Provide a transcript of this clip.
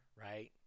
right